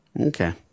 Okay